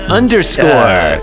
underscore